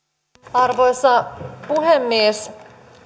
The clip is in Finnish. arvoisa puhemies